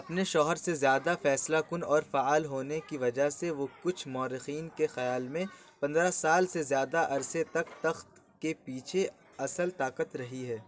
اپنے شوہر سے زیادہ فیصلہ کن اور فعال ہونے کی وجہ سے وہ کچھ مورخین کے خیال میں پندرہ سال سے زیادہ عرصے تک تخت کے پیچھے اصل طاقت رہی ہے